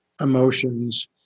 emotions